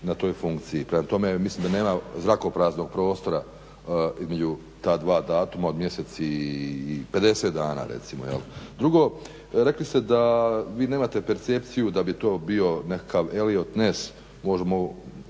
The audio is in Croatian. na toj funkciji. Prema tome, mislim da nema zrakopraznog prostora između ta dva datuma od mjesec, 50 dana recimo jel'. Drugo, rekli ste da vi nemate percepciju da bi to bio nekakav Elliot Ness, možemo